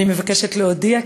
אני מבקשת להודיע,